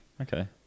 Okay